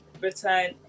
return